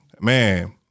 man